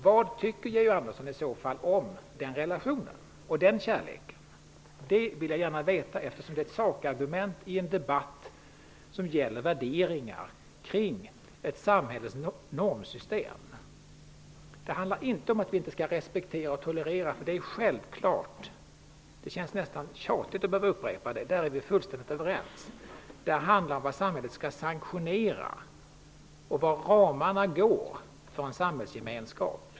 Vad tycker Georg Andersson om den relationen och den kärleken? Jag vill gärna veta det, eftersom det är ett sakargument i en debatt som gäller värderingar kring ett samhälles normsystem. Det handlar inte om att vi inte skall respektera och tolerera. Det är självklart -- det känns nästan tjatigt att behöva upprepa det. Där är vi fullständigt överens. Det handlar om vad samhället skall sanktionera och var ramarna går för en samhällsgemenskap.